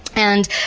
and,